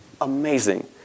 amazing